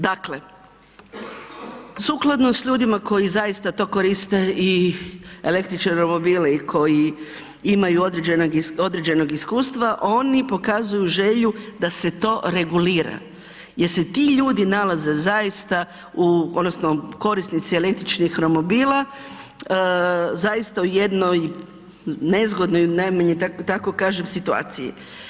Dakle, sukladno s ljudima koji zaista to koriste i električne romobile i koji imaju određenog iskustva, oni pokazuju želju da se to regulira jer se ti ljudi nalaze zaista u, odnosno korisnici električnih romobila zaista u jednoj nezgodnoj da najmanje tako kažem situaciji.